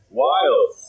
wild